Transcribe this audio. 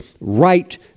right